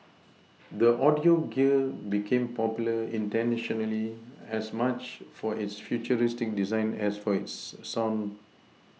the audio gear became popular internationally as much for its futuristic design as for its sound